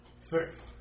Six